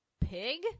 pig